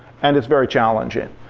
and it's very challenging.